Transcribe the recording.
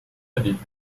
بدید